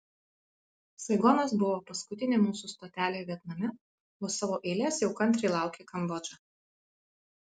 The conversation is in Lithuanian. saigonas buvo paskutinė mūsų stotelė vietname o savo eilės jau kantriai laukė kambodža